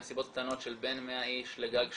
הן מסיבות קטנות של בין 100 איש לגג 300,